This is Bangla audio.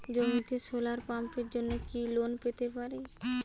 জমিতে সোলার পাম্পের জন্য কি লোন পেতে পারি?